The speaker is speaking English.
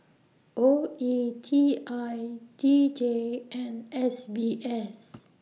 O E T I D J and S B S